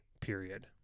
period